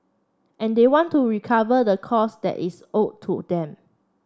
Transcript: and they want to recover the cost that is owed to them